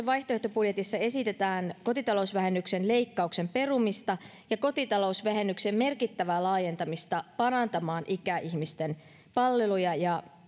vaihtoehtobudjetissa esitetään kotitalousvähennyksen leikkauksen perumista ja kotitalousvähennyksen merkittävää laajentamista parantamaan ikäihmisten palveluja ja